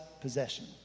possession